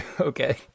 okay